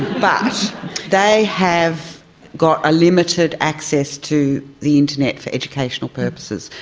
but they have got a limited access to the internet for educational purposes.